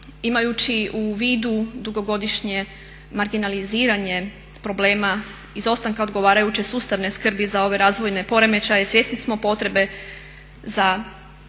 imajući u vidu dugogodišnje marginaliziranje problema izostanka odgovarajuće sustavne skrbi za ove razvojne poremećaje svjesni smo potrebe za